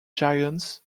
giants